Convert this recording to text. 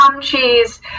cheese